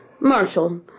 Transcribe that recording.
Marshall